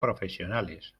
profesionales